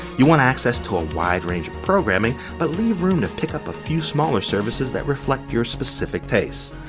you want access to a wide range of programming, but leave room to pick up a few smaller services that reflect your specific tastes.